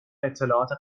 اطلاعات